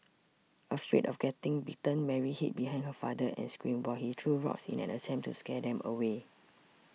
afraid of getting bitten Mary hid behind her father and screamed while he threw rocks in an attempt to scare them away